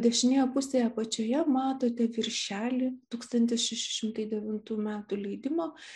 dešinėje pusėje apačioje matote viršelį tūkstantis šeši šimtai devintų metų leidimo